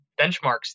benchmarks